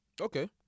Okay